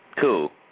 Cool